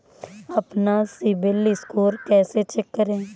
अपना CIBIL score कैसे check करें?